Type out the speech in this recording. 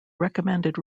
recommended